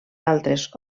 altres